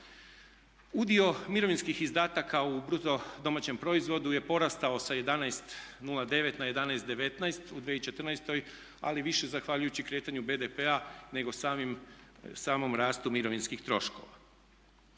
Udio mirovinskih izdataka u BDP-u je porastao sa 11,09 na 11,19 u 2014. ali više zahvaljujući kretanju BDP-a nego samom rastu mirovinskih troškova.